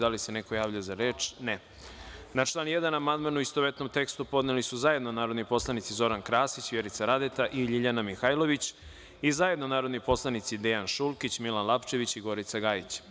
Da li se neko javlja za reč? (Ne.) Na član 1. amandman, u istovetnom tekstu, podneli su zajedno narodni poslanici Zoran Krasić, Vjerica Radeta i LJiljana Mihajlović i zajedno narodni poslanici Dejan Šulkić, Milan Lapčević i Gorica Gajić.